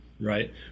Right